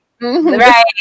Right